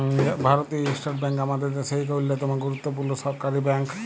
ভারতীয় state bank আমাদের দ্যাশের ইক অল্যতম গুরুত্তপুর্ল সরকারি ব্যাংক